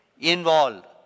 involved